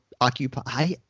occupy